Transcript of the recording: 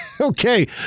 Okay